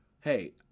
hey